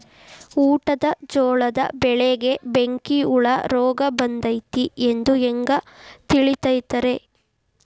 ಊಟದ ಜೋಳದ ಬೆಳೆಗೆ ಬೆಂಕಿ ಹುಳ ರೋಗ ಬಂದೈತಿ ಎಂದು ಹ್ಯಾಂಗ ತಿಳಿತೈತರೇ?